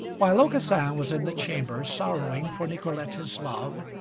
while aucassin was in the chamber sorrowing for nicolete his love,